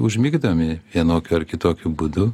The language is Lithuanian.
užmigdomi vienokiu ar kitokiu būdu